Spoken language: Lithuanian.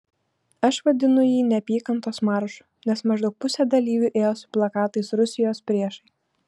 aš vadinu jį neapykantos maršu nes maždaug pusė dalyvių ėjo su plakatais rusijos priešai